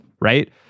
right